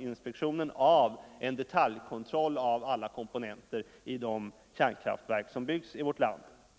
inte klarar av en detaljkontroll av alla komponenter i de kärnkraftverk som byggs i vårt land.